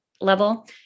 level